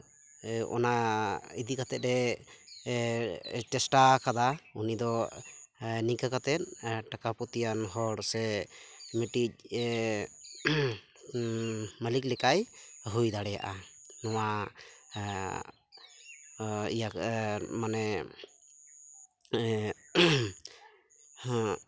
ᱚᱱᱟ ᱤᱫᱤ ᱠᱟᱛᱮᱫᱼᱮ ᱪᱮᱥᱴᱟ ᱠᱟᱫᱟ ᱩᱱᱤ ᱫᱚ ᱱᱤᱝᱠᱟᱹ ᱠᱟᱛᱮᱫ ᱴᱟᱠᱟ ᱯᱚᱛᱤᱭᱟᱱ ᱦᱚᱲ ᱥᱮ ᱢᱤᱫᱴᱤᱡ ᱢᱟᱞᱤᱠ ᱞᱮᱠᱟᱭ ᱦᱩᱭ ᱫᱟᱲᱮᱭᱟᱜᱼᱟ ᱱᱚᱣᱟ ᱤᱭᱟᱹ ᱢᱟᱱᱮ